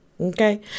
Okay